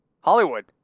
Hollywood